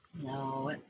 No